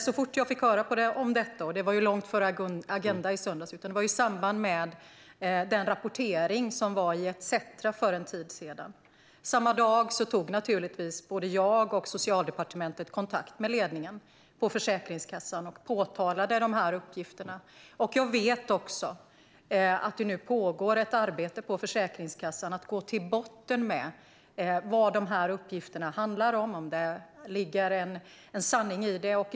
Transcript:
Så fort jag fick höra om detta genom den rapportering som var i ETC för en tid sedan, alltså långt före Agenda i söndags, tog både jag och Socialdepartementet upp dessa uppgifter med Försäkringskassans ledning. Jag vet att det pågår ett arbete på Försäkringskassan med att gå till botten med detta och se om det ligger någon sanning bakom dessa uppgifter.